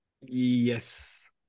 Yes